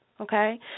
Okay